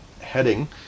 heading